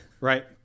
Right